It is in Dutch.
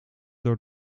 door